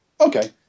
Okay